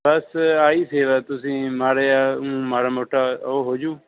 ਬਸ ਇਹੀ ਸੀਗਾ ਤੁਸੀਂ ਮਾੜਾ ਜਿਹਾ ਮਾੜਾ ਮੋਟਾ ਉਹ ਹੋਜੂ